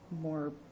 more